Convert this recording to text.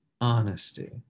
honesty